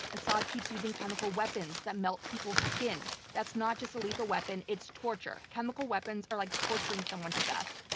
assad keeps using chemical weapons that melt people's skin. that's not just a lethal weapon it's torture. chemical weapons are like torturing someone to death.